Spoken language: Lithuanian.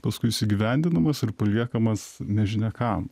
paskui jis įgyvendinamas ir paliekamas nežinia kam